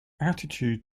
attitude